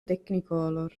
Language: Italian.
technicolor